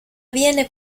viene